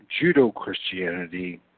Judo-Christianity